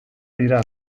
dira